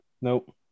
Nope